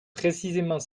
précisément